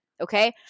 Okay